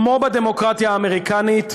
כמו בדמוקרטיה האמריקנית,